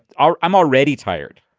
ah i'm already tired.